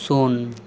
ᱥᱩᱱ